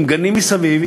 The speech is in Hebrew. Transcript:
עם גנים מסביב,